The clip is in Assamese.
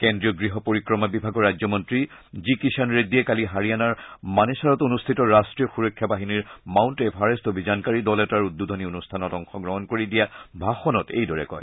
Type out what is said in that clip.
কেজ্ৰীয় গৃহ পৰিক্ৰমা বিভাগৰ ৰাজ্যমন্ত্ৰী জি কিষান ৰেড্ডিয়ে কালি হাৰিয়ানাৰ মানেচাৰত অনুষ্ঠিত ৰাষ্ট্ৰীয় সুৰক্ষা বাহিনীৰ মাউণ্ট এভাৰেষ্ট অভিযানকাৰী দল এটাৰ উদ্বোধনী অনুষ্ঠানত অংশগ্ৰহণ কৰি দিয়া ভাষণত এইদৰে কয়